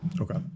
Okay